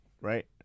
right